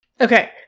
okay